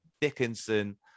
Dickinson